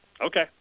okay